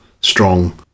strong